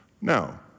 Now